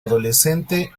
adolescente